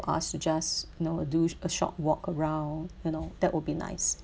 us to just you know do sh~ a short walk around you know that would be nice